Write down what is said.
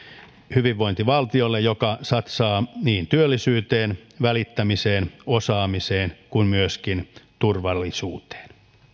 hyvinvointivaltiolle joka satsaa niin työllisyyteen välittämiseen osaamiseen kuin myöskin turvallisuuteen